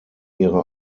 ihrer